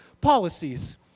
policies